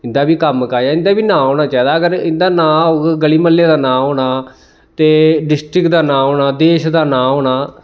इं'दा बी कम्म काज ऐ इं'दा बी नांऽ होना चाहिदा अगर इं'दा नांऽ होग गली म्हल्ले दा नांऽ ते डिस्ट्रिक्ट दा नांऽ होना देश दा नांऽ होना